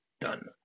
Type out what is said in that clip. done